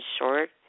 short